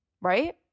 Right